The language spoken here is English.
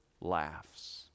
laughs